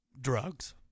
Drugs